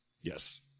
Yes